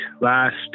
last